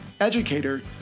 educator